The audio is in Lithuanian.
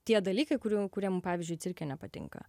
tie dalykai kurių kuriem pavyzdžiui cirke nepatinka